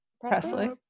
Presley